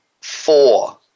Four